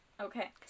Okay